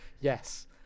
Yes